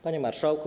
Panie Marszałku!